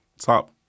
top